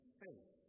faith